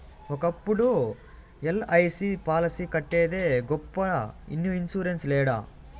ఒకప్పుడు ఎల్.ఐ.సి పాలసీలు కట్టేదే గొప్ప ఇన్ని ఇన్సూరెన్స్ లేడ